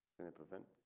snip event,